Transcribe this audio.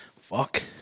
fuck